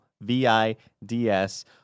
V-I-D-S